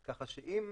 כך שאם